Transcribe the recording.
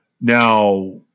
Now